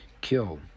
kill